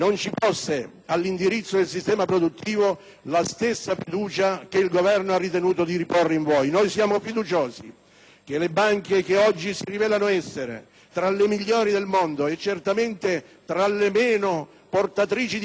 all'indirizzo del sistema produttivo la stessa fiducia che il Governo ha ritenuto di riporre in voi! Siamo fiduciosi che le banche, che oggi si rivelano essere tra le migliori del mondo e certamente tra le meno portatrici di patologie